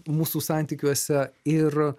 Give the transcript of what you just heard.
mūsų santykiuose ir